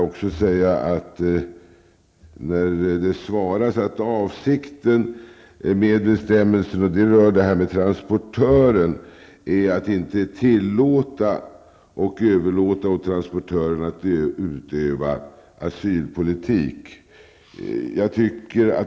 Det sägs i svaret: ''Avsikten med bestämmelsen är sålunda inte att tillåta och överlåta åt transportören att utöva svensk asylpolitik.''